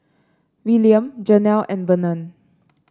Wiliam Janel and Verna